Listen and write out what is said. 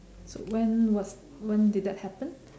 so when was when did that happen